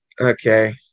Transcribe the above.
Okay